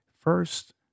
First